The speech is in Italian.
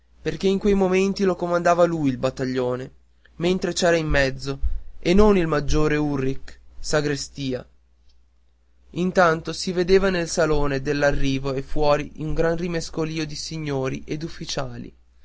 perché in quei momenti lo comandava lui il battaglione mentre c'era in mezzo e non il maggiore ubrich sagrestia intanto si vedeva nel salone dell'arrivo e fuori un gran rimescolio di signori e d'ufficiali